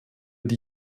die